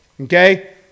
okay